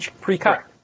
pre-cut